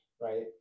Right